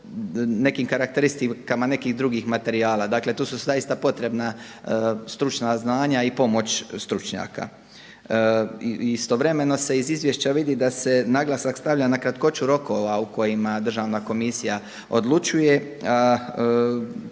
nekim karakteristikama nekih drugih materijala. Dakle, tu su zaista potrebna stručna znanja i pomoć stručnjaka. Istovremeno se iz Izvješća vidi da se naglasak stavlja na kratkoću rokova u kojima Državna komisija odlučuje.